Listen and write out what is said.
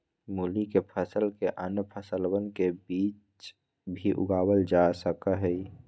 मूली के फसल के अन्य फसलवन के बीच भी उगावल जा सका हई